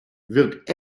wird